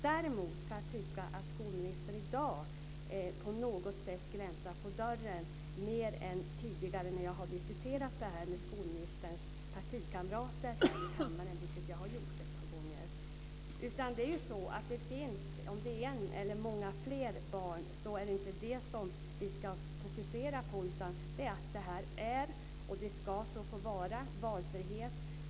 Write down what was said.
Däremot kan jag tycka att skolministern i dag på något sätt gläntar på dörren mer än vad skolministerns partikamrater har gjort när jag tidigare har diskuterat detta med dem, vilket jag har gjort ett par gånger. Vi ska inte fokusera på om det är om ett eller flera barn, utan på att det är och ska få vara valfrihet.